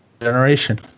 Generation